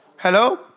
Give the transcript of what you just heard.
Hello